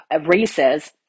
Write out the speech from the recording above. races